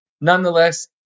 nonetheless